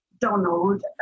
Donald